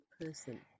person